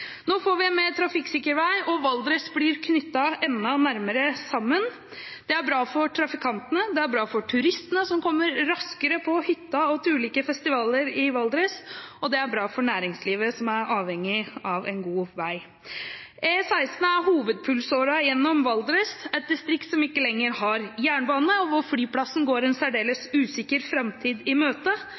Nå får vi en mer trafikksikker vei, og Valdres blir knyttet enda nærmere sammen. Det er bra for trafikantene, det er bra for turistene, som kommer raskere til hytta og til ulike festivaler i Valdres, og det er bra for næringslivet, som er avhengig av en god vei. E16 er hovedpulsåren gjennom Valdres, et distrikt som ikke lenger har jernbane, og hvor flyplassen går en særdeles usikker framtid i møte.